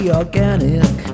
organic